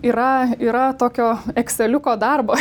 yra yra tokio exceliuko darbo